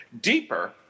Deeper